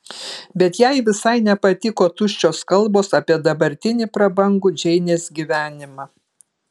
bet jai visai nepatiko tuščios kalbos apie dabartinį prabangų džeinės gyvenimą